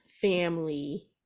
family